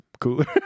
cooler